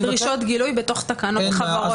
להכניס דרישות גילוי בתוך תקנות החברות,